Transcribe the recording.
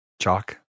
Chalk